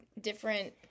different